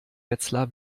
wetzlar